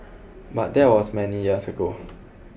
but that was many years ago